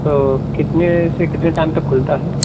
तो कितने से कितने टाइम तक खुलता है